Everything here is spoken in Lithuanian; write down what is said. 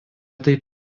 taip